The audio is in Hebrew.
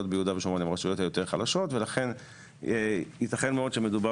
ביהודה ושומרון הן הרשויות היותר חלשות ולכן ייתכן מאוד שמדובר